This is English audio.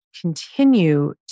continue